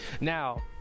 Now